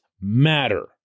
matter